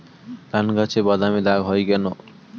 ধানগাছে বাদামী দাগ হয় কেন?